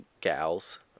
gals